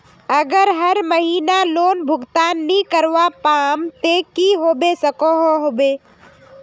अगर हर महीना लोन भुगतान नी करवा पाम ते की होबे सकोहो होबे?